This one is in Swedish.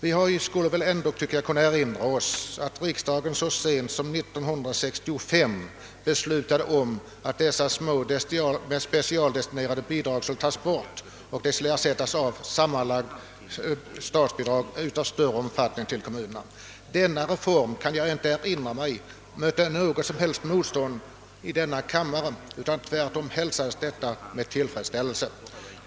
Vi borde ändå kunna erinra oss att riksdagen så sent som år 1965 beslutade att dessa små specialdestinerade bidrag skulle tas bort och ersättas av statsbidrag av större omfattning till kommunerna. Denna reform väckte såvitt jag minns inte något som helst motstånd i denna kammare utan hälsades tvärtom med tillfredsställelse.